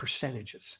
percentages